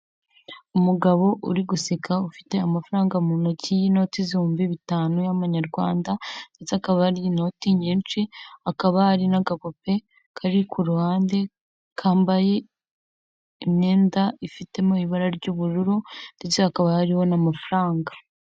Umugabo uri guseka ufite amafaranga mu ntoki y'inoti z'bihumbi bitanu y'amanyarwanda ndetse akaba hari inoti nyinshi, akaba ari n'agapupe kari ku ruhande kambaye imyenda ifitemo ibara ry'ubururu ndetse hakaba harimo n'amafaranga.